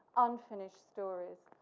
unfinished stories.